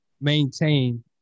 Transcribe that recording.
maintain